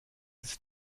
ist